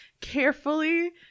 carefully